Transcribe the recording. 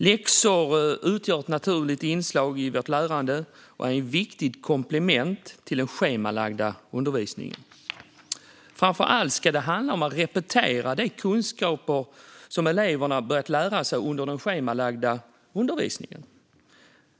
Läxor utgör ett naturligt inslag i lärandet och är ett viktigt komplement till den schemalagda undervisningen. Framför allt ska det handla om att repetera de kunskaper som eleverna börjat tillägna sig under den schemalagda undervisningen.